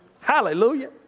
Hallelujah